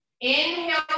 Inhale